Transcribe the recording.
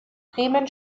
bremen